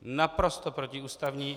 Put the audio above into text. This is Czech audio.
Naprosto protiústavní.